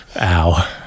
ow